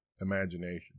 imagination